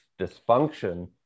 dysfunction